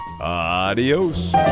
Adios